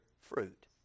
fruit